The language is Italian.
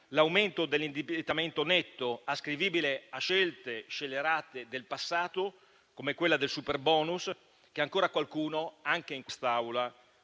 l'aumento dell'indebitamento netto, ascrivibile a scelte scellerate del passato, come il superbonus, che ancora qualcuno, anche in quest'Aula,